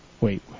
Wait